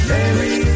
Mary